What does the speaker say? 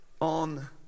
on